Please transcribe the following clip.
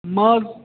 ماز